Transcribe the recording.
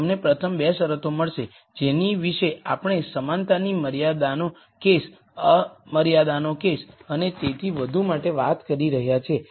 તમને પ્રથમ 2 શરતો મળશે જેની વિશે આપણે સમાનતાની મર્યાદાનો કેસ અમર્યાદાનો કેસ અને તેથી વધુ માટે વાત કરી રહ્યા છીએ